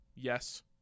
yes